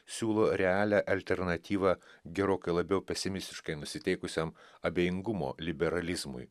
siūlo realią alternatyvą gerokai labiau pesimistiškai nusiteikusiam abejingumo liberalizmui